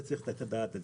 צריך לתת את הדעת לזה.